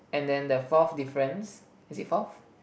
and then the fourth difference is it fourth